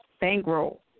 Bankroll